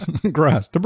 Grass